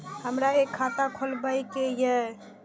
हमरा एक खाता खोलाबई के ये?